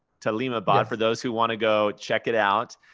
taleemabad, for those who want to go check it out.